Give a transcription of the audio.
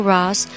Ross